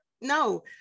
No